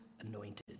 anointed